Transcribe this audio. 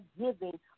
giving